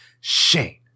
Shane